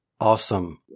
Awesome